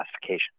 classification